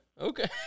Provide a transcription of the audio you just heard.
Okay